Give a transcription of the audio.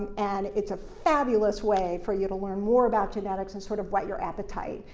and it's a fabulous way for you to learn more about genetics and sort of whet your appetite.